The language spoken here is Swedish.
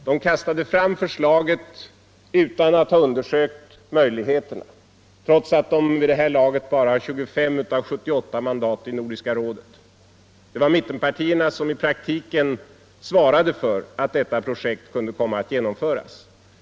De kastade fram förslaget utan att ha undersökt möjligheterna, trots att de vid det här laget bara har 25 av 78 mandat i Nordiska rådet. Det var mittenpartierna som i praktiken svarade för att detta projekt kunde genomföras.